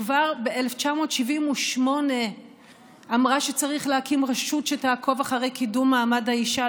וכבר ב-1978 אמרה שצריך להקים רשות שתעקוב אחרי קידום מעמד האישה,